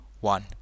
one